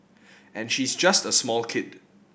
and she's just a small kid